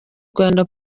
rwanda